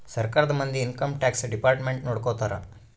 ಸರ್ಕಾರದ ಮಂದಿ income tax department ನೊಡ್ಕೋತರ